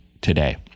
today